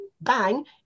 bang